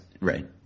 right